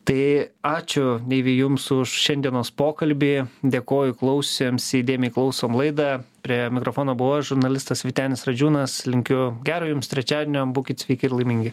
tai ačiū deivi jums už šiandienos pokalbį dėkoju klausiusiems įdėmiai klausom laidą prie mikrofono buvau aš žurnalistas vytenis radžiūnas linkiu gero jums trečiadienio būkit sveiki ir laimingi